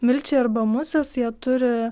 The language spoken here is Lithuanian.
milčiai arba musės jie turi